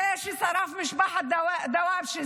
זה ששרף את משפחת דוואבשה,